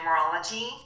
numerology